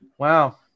Wow